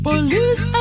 Police